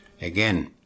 again